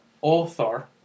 author